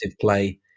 play